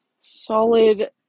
solid